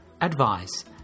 advice